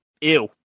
ew